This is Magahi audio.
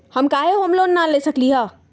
हम काहे होम लोन न ले सकली ह?